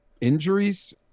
injuries